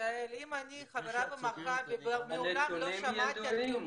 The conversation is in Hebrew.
אם אני חברה במכבי ומעולם לא שמעתי על קיומכם,